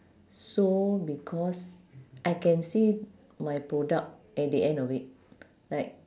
sew because I can see my product at the end of it like